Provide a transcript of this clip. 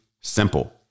simple